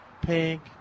pink